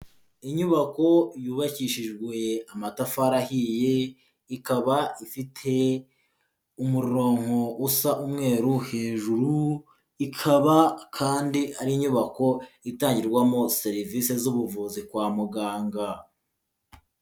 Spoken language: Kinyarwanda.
Inyubako yubakishijwe amatafari ahiye, ikaba ifite umurongo usa umweru hejuru, ikaba kandi ari inyubako itangirwamo serivisi z'ubuvuzi kwa muganga.